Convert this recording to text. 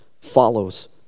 follows